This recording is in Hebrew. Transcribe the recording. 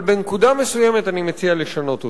אבל, בנקודה מסוימת אני מציע לשנות אותה.